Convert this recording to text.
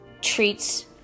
treats